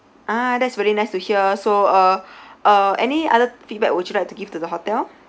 ah that's really nice to hear so uh uh any other feedback would you like to give to the hotel